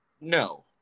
no